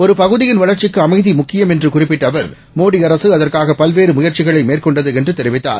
ஒருபகுதியின்வளர்ச்சிக்குஅமைதிமுக்கியம்என்றுகுறிப்பிட்ட அவர் மோடிஅரசுஅதற்காகபல்வேறுமுயற்சிகளைமேற்கொண்டது என்றுதெரிவித்தார்